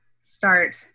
start